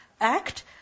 act